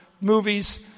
movies